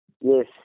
Yes